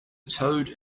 toad